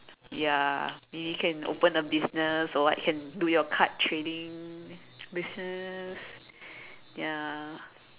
ya you can open a business or what can do your card trading business ya